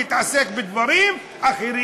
להתעסק בדברים אחרים.